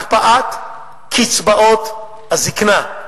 הקפאת קצבאות הזיקנה,